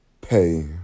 pay